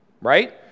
Right